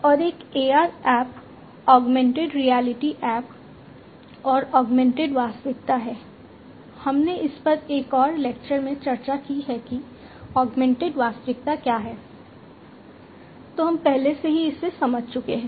और एक AR app augmented वास्तविकता क्या है तो हम पहले ही इसे समझ चुके हैं